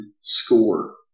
score